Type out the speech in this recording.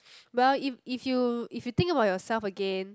well if if you if you think about yourself again